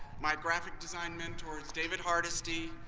my graphic design mentors, david hardesty,